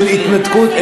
של התנתקות?